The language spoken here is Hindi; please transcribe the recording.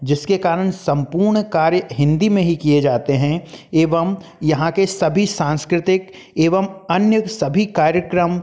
जिसके कारण सम्पूर्ण कार्य हिन्दी में ही किए जाते हैं एवम यहाँ के सभी सांस्कृतिक एवम अन्य सभी कार्यक्रम